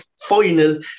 final